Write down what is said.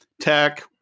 tech